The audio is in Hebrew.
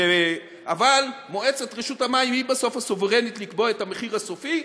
אבל מועצת רשות המים היא בסוף הסוברנית לקבוע את המחיר הסופי.